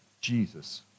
Jesus